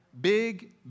Big